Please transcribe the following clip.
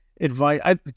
advice